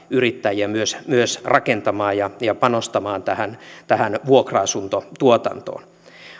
yrittäjiä myös myös rakentamaan ja panostamaan tähän tähän vuokra asuntotuotantoon